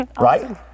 right